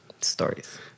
Stories